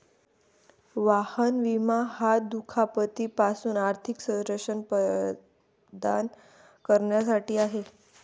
वाहन विमा हा दुखापती पासून आर्थिक संरक्षण प्रदान करण्यासाठी आहे